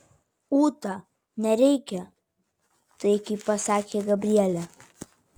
ūta nereikia taikiai pasakė gabrielė